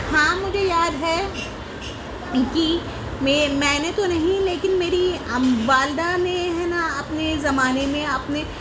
ہاں مجھے یاد ہے کہ میں میں نے تو نہیں لیکن میری والدہ نے ہے نا اپنے زمانے میں اپنے